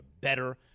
better